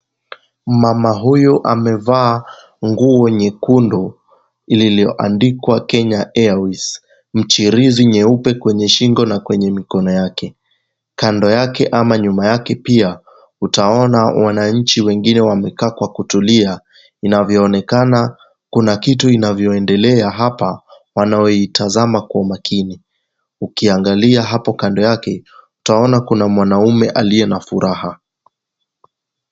Mmama huyu amevaa nguo nyekundu iliyoandikwa Kenya Airways, michirizi nyeupe kwenye shingo na kwenye mikono yake. Kando yake ama nyuma yake pia utaona wananchi wengine wamekaa kwa kutulia. Inavyoonekana kuna kitu inavyoendelea hapa wanayoitazama kwa makini. Ukiangalia hapo kando yake utaona kuna mwanaume aliye na furaha.